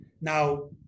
Now